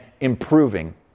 improving